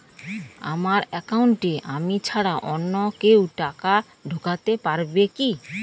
আমার একাউন্টে আমি ছাড়া অন্য কেউ টাকা ঢোকাতে পারবে কি?